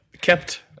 Kept